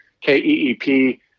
K-E-E-P